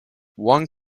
one